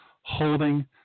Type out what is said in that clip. holding